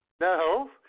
No